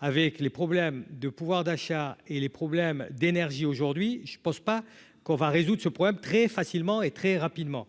avec les problèmes de pouvoir d'achat et les problèmes d'énergie aujourd'hui, je pense pas qu'on va résoudre ce problème très facilement et très rapidement